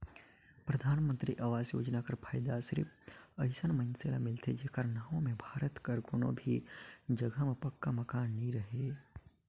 परधानमंतरी आवास योजना कर फएदा सिरिप अइसन मइनसे ल मिलथे जेकर नांव में भारत कर कोनो भी जगहा में पक्का मकान नी रहें